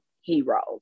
heroes